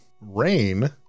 rain